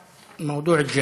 בעד, 8,